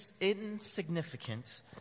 insignificant